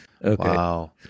Wow